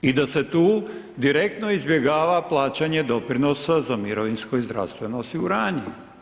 I da se tu direktno izbjegava plaćanje doprinosa za mirovinsko i zdravstveno osiguranje.